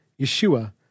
Yeshua